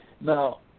Now